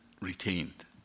retained